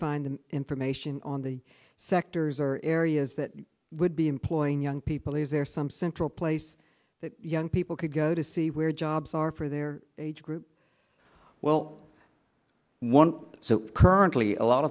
find the information on the sectors or areas that would be employing young people is there some central place that young people could go to see where jobs are for their age group well one so currently a lot